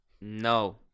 no